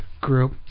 group